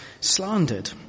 slandered